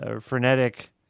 frenetic